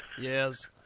yes